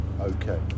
Okay